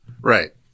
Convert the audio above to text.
Right